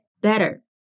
better